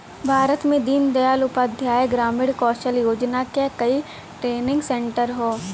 भारत में दीन दयाल उपाध्याय ग्रामीण कौशल योजना क कई ट्रेनिंग सेन्टर हौ